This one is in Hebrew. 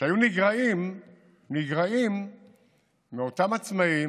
שהיו נגרעים מאותם עצמאים,